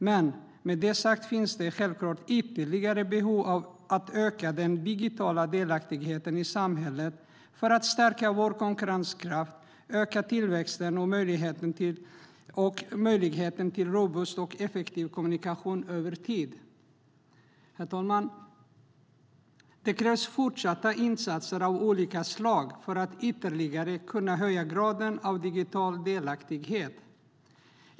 Men med detta sagt finns det självklart ytterligare behov av att öka den digitala delaktigheten i samhället för att stärka vår konkurrenskraft samt öka tillväxten och möjligheten till robust och effektiv kommunikation över tid. Herr talman! Det krävs fortsatta insatser av olika slag för att ytterligare kunna höja graden av digital delaktighet.